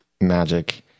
magic